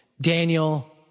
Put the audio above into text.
Daniel